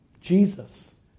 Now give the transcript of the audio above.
Jesus